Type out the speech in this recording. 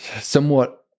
somewhat